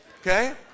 okay